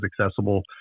accessible